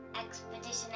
expedition